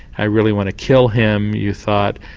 i really want to kill him you thought,